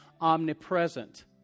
omnipresent